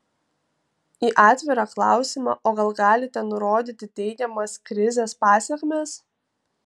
į atvirą klausimą o gal galite nurodyti teigiamas krizės pasekmes